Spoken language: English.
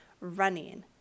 running